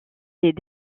les